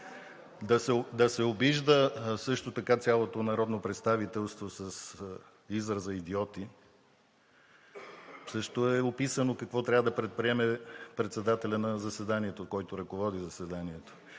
Да се обижда също така цялото народно представителство с израза „идиоти“ също е описано какво трябва да предприеме председателят на заседанието, който ръководи заседанието.